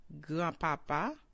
Grandpapa